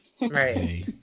Right